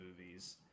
movies